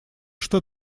что